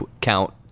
count